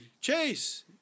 chase